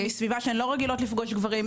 בסביבה שהן לא רגילות לפגוש גברים.